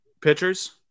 pitchers